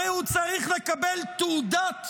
הרי הוא צריך לקבל תעודת